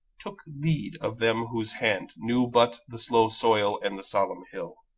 took lead of them whose hand knew but the slow soil and the solemn hill,